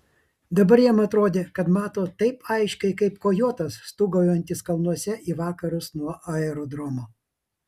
dabar jam atrodė kad mato taip aiškiai kaip kojotas stūgaujantis kalnuose į vakarus nuo aerodromo